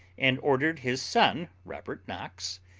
and ordered his son, robert knox,